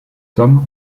sommes